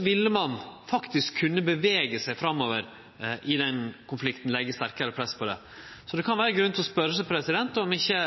ville ein faktisk kunne bevege seg framover i den konflikten, leggje sterkare press på det. Så det kan vere grunn til å spørje seg om ikkje